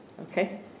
okay